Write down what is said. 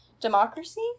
Democracy